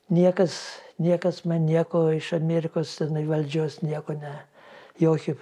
niekas niekas man nieko iš amerikos tenai valdžios nieko ne jokių